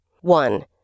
One